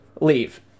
leave